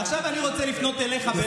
עכשיו אני רוצה לפנות אליך באמת